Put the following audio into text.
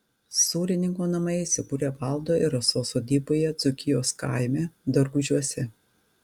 sūrininkų namai įsikūrę valdo ir rasos sodyboje dzūkijos kaime dargužiuose